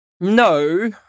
No